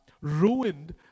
ruined